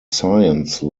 science